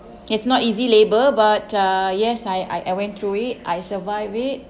it's not easy labour but uh yes I I I went through it I survive it